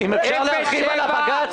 אחלה, נחמד.